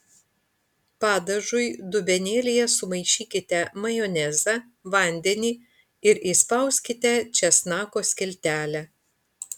padažui dubenėlyje sumaišykite majonezą vandenį ir įspauskite česnako skiltelę